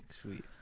sweet